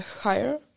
higher